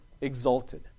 exalted